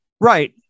right